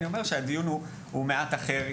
אני אומר שהדיון הוא מעט אחר.